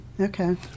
Okay